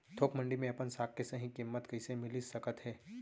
थोक मंडी में अपन साग के सही किम्मत कइसे मिलिस सकत हे?